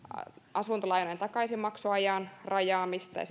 asuntolainojen takaisinmaksuaikaa voitaisiin rajata ja